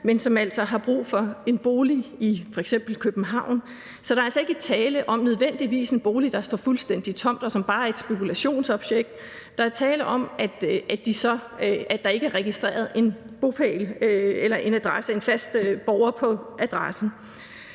men som altså har brug for en bolig i København. Så der er altså ikke nødvendigvis tale om en bolig, som står fuldstændig tom, og som bare er et spekulationsobjekt. Der er tale om, at der ikke er registreret en fastboende borger på adressen.